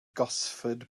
gosford